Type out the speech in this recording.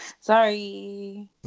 Sorry